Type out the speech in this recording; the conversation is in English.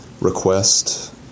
request